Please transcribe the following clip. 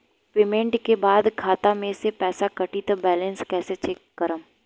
Payment के बाद खाता मे से पैसा कटी त बैलेंस कैसे चेक करेम?